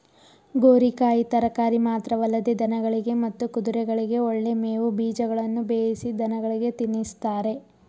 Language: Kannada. ಗೋರಿಕಾಯಿ ತರಕಾರಿ ಮಾತ್ರವಲ್ಲದೆ ದನಗಳಿಗೆ ಮತ್ತು ಕುದುರೆಗಳಿಗೆ ಒಳ್ಳೆ ಮೇವು ಬೀಜಗಳನ್ನು ಬೇಯಿಸಿ ದನಗಳಿಗೆ ತಿನ್ನಿಸ್ತಾರೆ